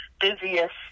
busiest